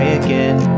again